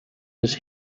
his